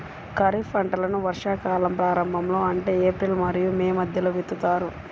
ఖరీఫ్ పంటలను వర్షాకాలం ప్రారంభంలో అంటే ఏప్రిల్ మరియు మే మధ్యలో విత్తుతారు